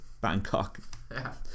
Bangkok